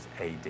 AD